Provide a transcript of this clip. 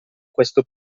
questo